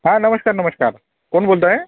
हां नमश्कार नमश्कार कोण बोलत आहे